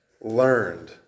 learned